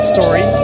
Story